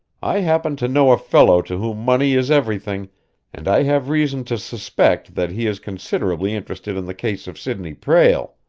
i happen to know a fellow to whom money is everything and i have reason to suspect that he is considerably interested in the case of sidney prale.